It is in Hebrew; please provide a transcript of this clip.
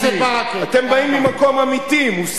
אתם באים ממקום אמיתי, מוסרי, נכון?